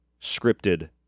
scripted